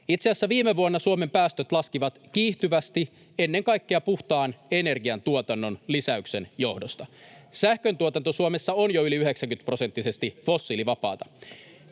Itse asiassa viime vuonna Suomen päästöt laskivat kiihtyvästi, ennen kaikkea puhtaan energiantuotannon lisäyksen johdosta. Sähköntuotanto Suomessa on jo yli 90-prosenttisesti fossiilivapaata.